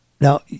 Now